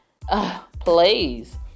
Please